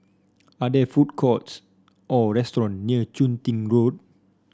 are there food courts or restaurant near Chun Tin Road